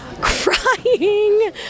crying